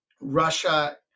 Russia